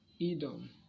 edom